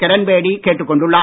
கிரண் பேடி கேட்டுக் கொண்டுள்ளார்